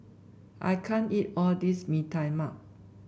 I can't eat all this Mee Tai Mak